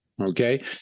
Okay